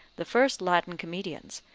the first latin comedians,